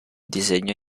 disegno